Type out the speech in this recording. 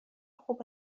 خوب